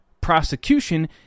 prosecution